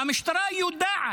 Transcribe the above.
והמשטרה יודעת,